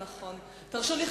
חברי חברי הכנסת, תרשו לי.